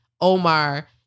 Omar